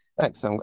Thanks